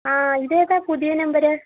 ആ ഇത് ഏതാണ് പുതിയ നമ്പർ